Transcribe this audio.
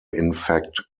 infect